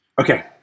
Okay